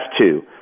two